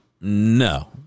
No